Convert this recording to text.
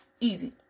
easy